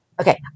Okay